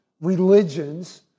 religions